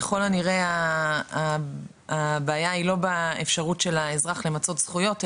ככל הנראה הבעיה היא לא באפשרות של האזרח למצות זכויות,